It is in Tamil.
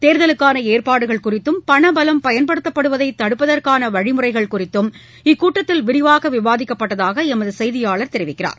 தேர்தலுக்கானஏற்பாடுகள் குறித்தும் பணபலம் பயன்படுத்தப்படுவதைதடுப்பதற்கானவழிமுறைகள் குறித்தும் இக்கூட்டத்தில் விரிவாகவிவாதிக்கப்பட்டதாகளமதுசெய்தியாளர் தெரிவிக்கிறார்